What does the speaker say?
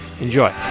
Enjoy